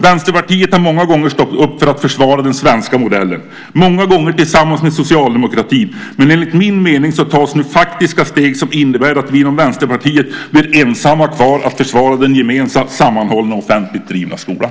Vänsterpartiet har många gånger stått upp för att försvara den svenska modellen, många gånger tillsammans med socialdemokratin, men enligt min mening tas nu faktiska steg som innebär att vi inom Vänsterpartiet blir ensamma kvar att försvara den gemensamma, sammanhållna och offentligt drivna skolan.